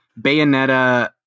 bayonetta